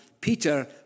Peter